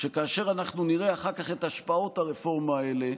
שכאשר אנחנו נראה אחר כך את השפעות הרפורמה הללו,